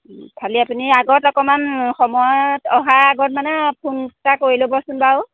খালি আপুনি আগত অকণমান সময়ত অহা আগত মানে ফোন এটা কৰি ল'বচোন বাৰু